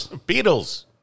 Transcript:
Beatles